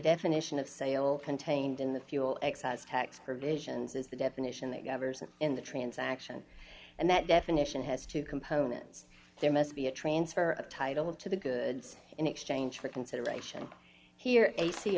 definition of sale contained in the fuel excise tax provisions is the definition that covers it in the transaction and that definition has two components there must be a transfer of title to the goods in exchange for consideration here a